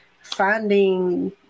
finding